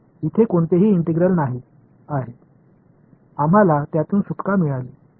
इथे कोणतेही इंटिग्रल नाही आहे आम्हाला त्यातून सुटका मिळाली होय